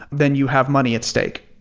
then you have money at stake,